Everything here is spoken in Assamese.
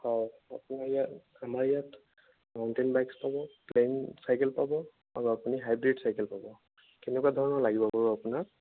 হয় আপোনাৰ ইয়াত আমাৰ ইয়াত মাউণ্টেন বাইকচ পাব প্লেইন চাইকেল পাব আৰু আপুনি হাইব্ৰীড চাইকেল পাব কেনেকুৱা ধৰণৰ লাগিব বাৰু আপোনাক